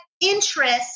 interest